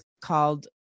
called